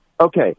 Okay